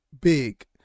big